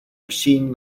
machine